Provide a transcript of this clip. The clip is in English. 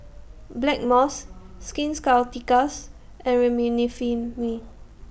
Blackmores Skin Ceuticals and Remifemin